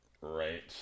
Right